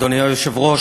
אדוני היושב-ראש,